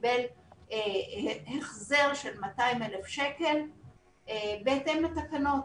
קיבל החזר של 200,000 שקל בהתאם לתקנות,